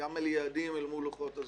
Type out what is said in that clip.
גם על יעדים אל מול לוחות הזמנים,